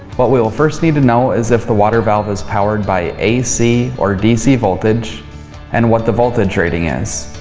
what we will first need to know is if the water valve is powered by ac or dc voltage and what the voltage rating is.